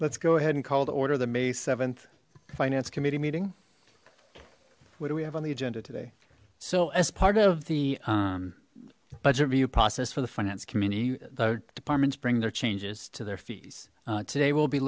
let's go ahead and call to order the may seventh finance committee meeting what do we have on the agenda today so as part of the budget review process for the finance community the department's bring their changes to their fees today we'll be